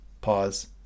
Pause